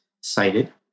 cited